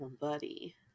buddy